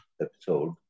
episode